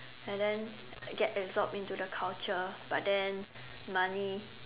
and then get absorbed into the culture but then money